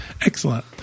Excellent